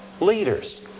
leaders